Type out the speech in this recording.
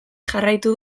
jarraitu